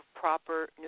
proper